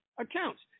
accounts